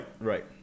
right